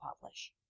publish